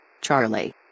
Charlie